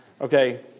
okay